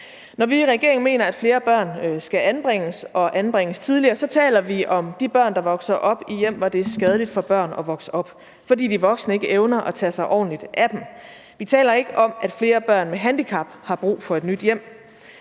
Når vi i regeringen mener, at flere børn skal anbringes og anbringes tidligere, så taler vi om de børn, der vokser op i hjem, hvor det er skadeligt for børn at vokse op, fordi de voksne ikke evner at tage sig ordentligt af dem. Vi taler ikke om, at flere børn med handicap har brug for et nyt hjem.